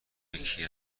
یکی